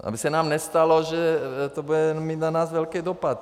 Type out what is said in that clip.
Aby se nám nestalo, že to bude mít na nás velký dopad.